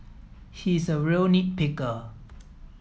he is a real nit picker